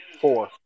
four